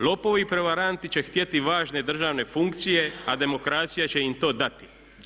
Lopovi i prevaranti će htjeti važne državne funkcije a demokracija će im to dati.